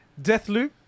Deathloop